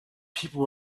people